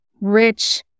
rich